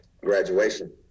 graduation